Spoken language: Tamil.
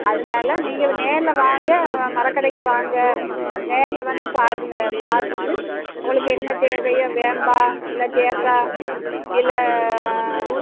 அதனால் நீங்கள் நேரில் வாங்க வ மரக்கடைக்கு வாங்க நேரில் வந்து பாருங்க பார்த்துட்டு உங்களுக்கு என்ன தேவையோ வேம்பா இல்லை தேக்காக இல்லை